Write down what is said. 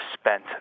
spent